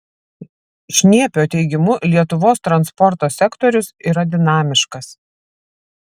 šniepio teigimu lietuvos transporto sektorius yra dinamiškas